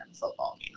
football